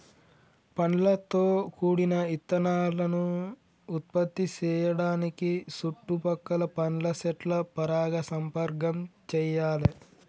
పండ్లతో గూడిన ఇత్తనాలను ఉత్పత్తి సేయడానికి సుట్టు పక్కల పండ్ల సెట్ల పరాగ సంపర్కం చెయ్యాలే